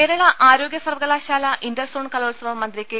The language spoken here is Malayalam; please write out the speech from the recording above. കേരള ആരോഗൃ സർവകലാശാല ഇന്റർസോൺ കലോത്സവം മന്ത്രി കെ